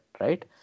right